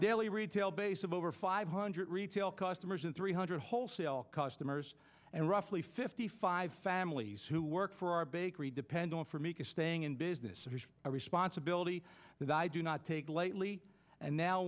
daily retail base of over five hundred retail customers and three hundred wholesale customers and roughly fifty five families who work for our bakery depend on for me to staying in business a responsibility that i do not take lightly and now